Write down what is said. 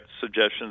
suggestions